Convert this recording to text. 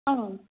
आम्